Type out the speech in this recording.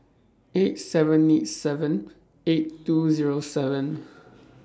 eight seven eight seven eight two Zero seven